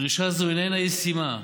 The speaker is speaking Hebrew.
דרישה זו איננה ישימה,